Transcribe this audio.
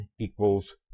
equals